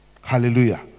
Hallelujah